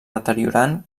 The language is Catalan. deteriorant